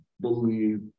believe